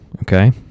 okay